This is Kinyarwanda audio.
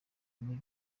muri